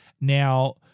Now